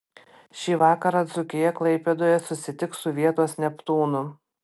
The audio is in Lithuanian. šį vakarą dzūkija klaipėdoje susitiks su vietos neptūnu